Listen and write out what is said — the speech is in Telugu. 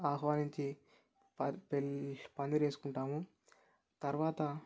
ఆహ్వానించి వారి పెళ్ళి పందిరేసుకుంటాము తర్వాత